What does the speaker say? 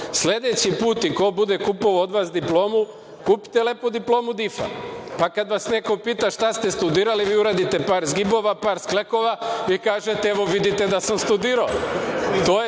pojma. Sledeći put, ko bude od vas kupovao diplomu, kupite lepo diplomu DIF, pa kada vas neko pita šta ste studirali, vi uradite par zgibova, par sklekova, i kažete, evo vidite da sam studirao.